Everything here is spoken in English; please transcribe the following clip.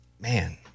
man